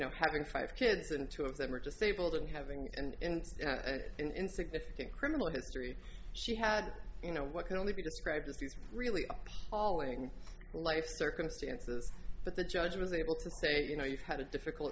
know having five kids and two of them are disabled and having and in significant criminal history she had you know what can only be described as really appalling life circumstances but the judge was able to say you know you've had a difficult